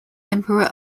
emperor